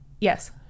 yes